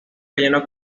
relleno